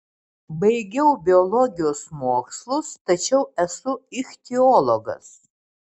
baigiau biologijos mokslus tačiau esu ichtiologas